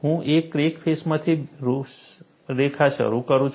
હું એક ક્રેક ફેસમાંથી રૂપરેખા શરૂ કરું છું